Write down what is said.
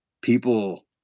people